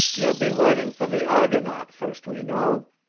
you'll be writing for the argonaut, first we know.